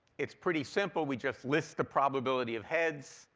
it's pretty simple. we just list the probability of heads.